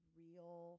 real